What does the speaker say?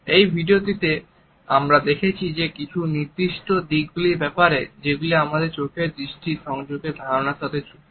এই ভিডিওটিতেও আমরা দেখেছি কিছু নির্দিষ্ট দিকগুলির ব্যাপারে যেগুলি আমাদের চোখের দৃষ্টি সংযোগের ধারণার সাথে যুক্ত